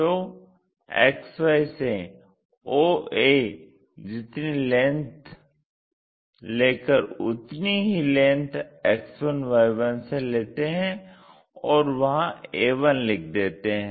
तो XY से oa जितनी लेंथ लेकर उतनी ही लेंथ X1Y1 से लेते हैं और वहां a1 लिख देते हैं